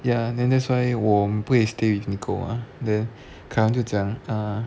ya then that's why 我不可以 stay with nicole mah then kai wen 就讲 uh